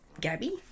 Gabby